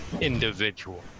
individual